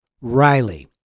Riley